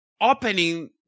opening